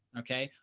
okay,